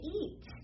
eat